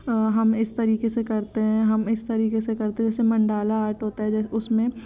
हम इस तरीके से करते हैं हम इस तरीके से करते जैसे मंडाला आर्ट होता है जैसे उसमें